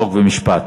חוק ומשפט